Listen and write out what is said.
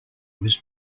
was